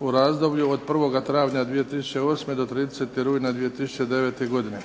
u razdoblju od 1. travnja 2008. do 30. rujna 2009. godine